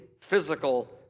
physical